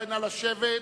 נא לשבת.